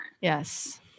yes